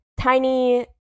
tiny